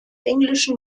englischen